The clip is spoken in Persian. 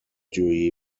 جویی